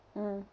mm